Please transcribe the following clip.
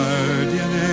Guardian